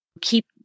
keep